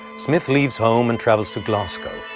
smith leaves home and travels to glasgow,